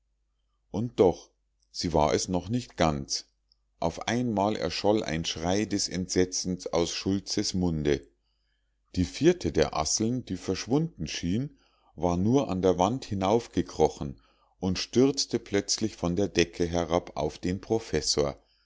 und doch sie war es noch nicht ganz auf einmal erscholl ein schrei des entsetzens aus schultzes munde die vierte der asseln die verschwunden schien war nur an der wand hinauf gekrochen und stürzte plötzlich von der decke herab auf den professor